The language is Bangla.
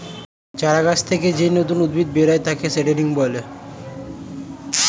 চারা গাছ থেকে যেই নতুন উদ্ভিদ বেরোয় তাকে সিডলিং বলে